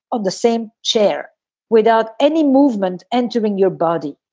on the same chair without any movement entering your body.